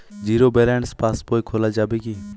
Zero balance passbook খোলা যাবে কি?